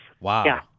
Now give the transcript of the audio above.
Wow